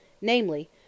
namely